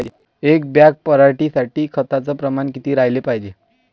एक बॅग पराटी साठी खताचं प्रमान किती राहाले पायजे?